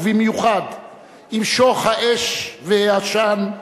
ובמיוחד עם שוך האש והעשן,